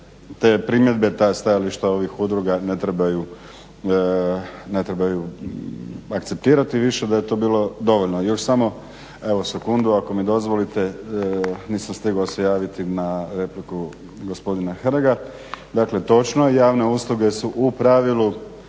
primjedbe i ta stajališta ovih udruga ne trebaju akceptirati više, da je to bilo dovoljno. Još samo evo sekundu ako mi dozvolite, nisam se stigao javiti na repliku gospodina Hrga. Dakle točno je javne usluge su u pravilu